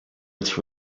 its